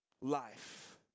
life